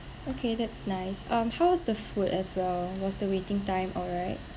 okay that's nice um how's the food as well was the waiting time alright